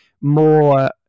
more